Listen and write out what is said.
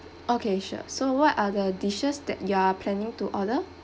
okay sure so what are the dishes that you are planning to order